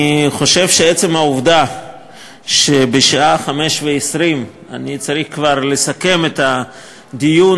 אני חושב שעצם העובדה שבשעה 17:20 אני צריך כבר לסכם את הדיון